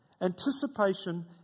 Anticipation